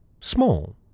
small